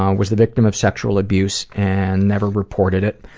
um was the victim of sexual abuse and never reported it.